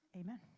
amen